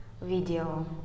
video